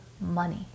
money